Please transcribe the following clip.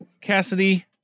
Cassidy